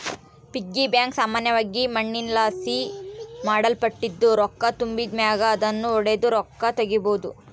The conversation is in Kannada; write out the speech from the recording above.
ಪಿಗ್ಗಿ ಬ್ಯಾಂಕ್ ಸಾಮಾನ್ಯವಾಗಿ ಮಣ್ಣಿನಲಾಸಿ ಮಾಡಲ್ಪಟ್ಟಿದ್ದು, ರೊಕ್ಕ ತುಂಬಿದ್ ಮ್ಯಾಗ ಅದುನ್ನು ಒಡುದು ರೊಕ್ಕ ತಗೀಬೋದು